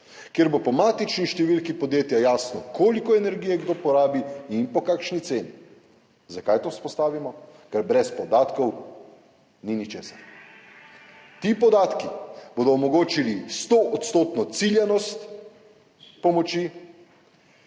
kjer bo po matični številki podjetja jasno, koliko energije kdo porabi in po kakšni ceni. Zakaj to vzpostavljamo? Ker brez podatkov ni ničesar. Ti podatki bodo omogočili 100-odstotno ciljnost pomoči